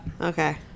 Okay